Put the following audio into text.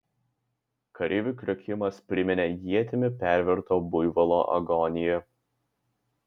kareivių kriokimas priminė ietimi perverto buivolo agoniją